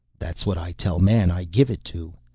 that's what i tell man i give it to.